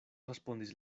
respondis